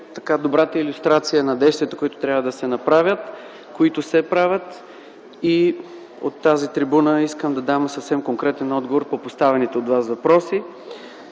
добрата илюстрация на действията, които трябва да се направят, които се правят. От тази трибуна искам да дам съвсем конкретен отговор на поставените от Вас въпроси.